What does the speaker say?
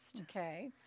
Okay